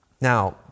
Now